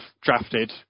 drafted